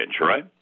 right